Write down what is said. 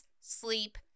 sleep